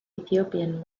ethiopian